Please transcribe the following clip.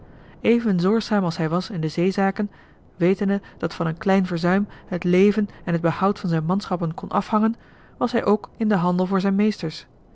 even zorgzaam als hij was in de zeezaken wetende dat van een klein verzuim het leven en het behoud van zijn manschappen kon afhangen was hij ook in den handel voor zijn meesters